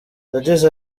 yagize